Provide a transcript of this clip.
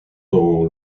dans